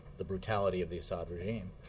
the brutality of the assad regime,